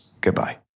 Goodbye